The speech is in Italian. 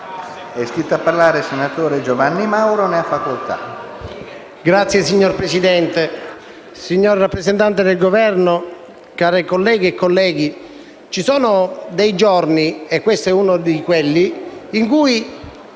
MPL))*. Signor Presidente, signor rappresentante del Governo, care colleghe e colleghi, ci sono dei giorni - e questo è uno di quelli - in cui